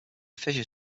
fissure